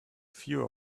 few